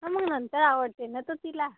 तर मग नंतर आवडते न तो तिला